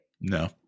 No